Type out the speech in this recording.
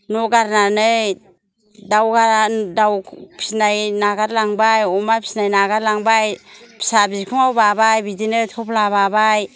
न' गारनानै दाउआ दाउ फिनाय नागार लांबाय अमा फिनाय नागारलांबाय फिसा बिखुंगाव बाबाय बिदिनो थफ्ला बाबाय